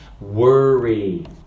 worry